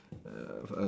err err